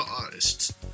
artists